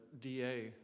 DA